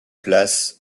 place